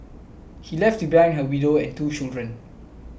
he left behind a widow and two children